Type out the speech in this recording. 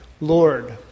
Lord